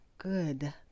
Good